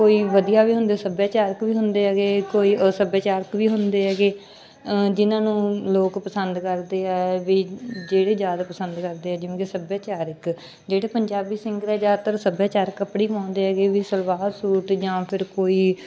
ਕੋਈ ਵਧੀਆ ਵੀ ਹੁੰਦੇ ਸੱਭਿਆਚਾਰਕ ਵੀ ਹੁੰਦੇ ਹੈਗੇ ਕੋਈ ਸੱਭਿਆਚਾਰਕ ਵੀ ਹੁੰਦੇ ਹੈਗੇ ਜਿਹਨਾਂ ਨੂੰ ਲੋਕ ਪਸੰਦ ਕਰਦੇ ਆ ਵੀ ਜਿਹੜੇ ਜ਼ਿਆਦਾ ਪਸੰਦ ਕਰਦੇ ਆ ਜਿਵੇਂ ਕਿ ਸੱਭਿਆਚਾਰਕ ਜਿਹੜੇ ਪੰਜਾਬੀ ਸਿੰਗਰ ਆ ਜ਼ਿਆਦਾਤਰ ਸੱਭਿਆਚਾਰਕ ਕੱਪੜੇ ਪਾਉਂਦੇ ਹੈਗੇ ਵੀ ਸਲਵਾਰ ਸੂਟ ਜਾਂ ਫਿਰ ਕੋਈ